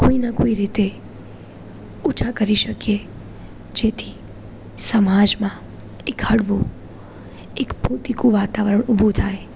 કોઈના કોઈ રીતે ઓછા કરી શકીએ જેથી સમાજમાં એક હળવું એક પોતીકું વાતાવરણ ઊભું થાય